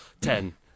Ten